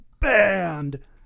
banned